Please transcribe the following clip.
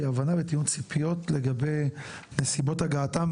הבנה ותיאום ציפיות לגבי נסיבות הגעתם,